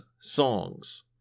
songs